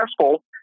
successful